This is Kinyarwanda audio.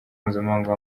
mpuzamahanga